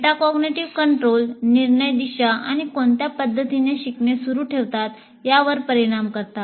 metacognitive control निर्णय दिशा आणि कोणत्या पद्धतीने शिकणे सुरू ठेवतात यावर परिणाम करतात